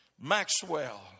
Maxwell